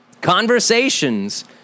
conversations